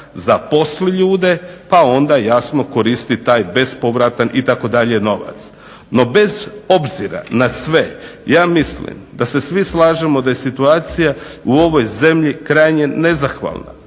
Zaposli ljude, pa onda jasno koristi taj bespovratan itd. novac. No, bez obzira na sve ja mislim da se svi slažemo da je situacija u ovoj zemlji krajnje nezahvalna.